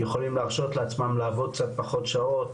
יכולים להרשות לעצמם לעבוד קצת פחות שעות,